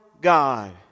God